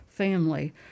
Family